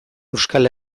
euskal